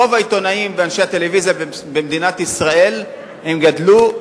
רוב העיתונאים ואנשי הטלוויזיה במדינת ישראל גדלו,